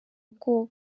ubwoba